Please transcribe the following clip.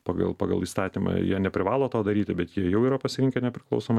pagal pagal įstatymą jie neprivalo to daryti bet jie jau yra pasirinkę nepriklausomą